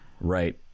Right